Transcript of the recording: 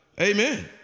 Amen